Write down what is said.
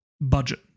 budget